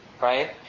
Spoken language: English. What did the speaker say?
right